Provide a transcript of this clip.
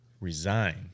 Resign